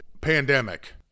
pandemic